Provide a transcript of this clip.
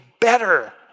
better